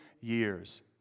years